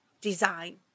design